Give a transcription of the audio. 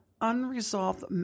unresolved